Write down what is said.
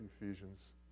Ephesians